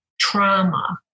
trauma